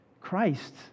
Christ